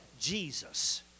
jesus